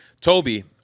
Toby